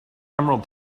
emerald